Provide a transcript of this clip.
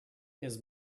his